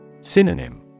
Synonym